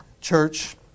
Church